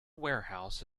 warehouse